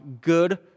good